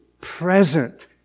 present